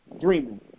dreaming